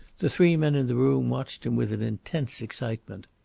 the three men in the room watched him with an intense excitement.